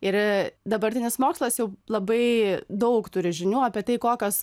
ir dabartinis mokslas jau labai daug turi žinių apie tai kokios